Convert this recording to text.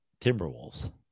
Timberwolves